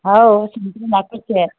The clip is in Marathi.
हो संत्री नागपूरची आहे